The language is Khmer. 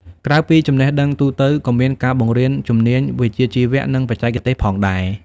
ក្រៅពីចំណេះដឹងទូទៅ ក៏មានការបង្រៀនជំនាញវិជ្ជាជីវៈ និងបច្ចេកទេសផងដែរ។